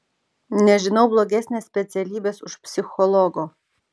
nežinau blogesnės specialybės už psichologo